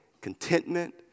contentment